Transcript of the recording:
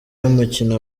y’umukino